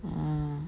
orh